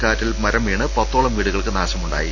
കാറ്റിൽ മരം വീണ് പത്തോളം വീടുകൾക്ക് നാശമുണ്ടായി